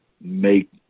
make